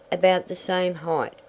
about the same height,